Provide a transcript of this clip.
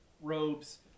robes